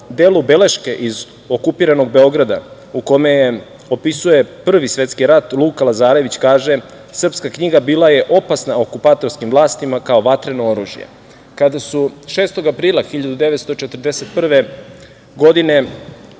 delu „Beleške iz okupiranog Beograda“, u kome opisuje Prvi svetski rat, Luka Lazarević kaže: „Srpska knjiga bila je opasna okupatorskim vlastima kao vatreno oružje“.Kada su 6. aprila 1941. godine